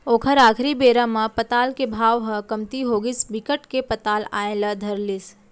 ओखर आखरी बेरा म पताल के भाव ह कमती होगिस बिकट के पताल आए ल धर लिस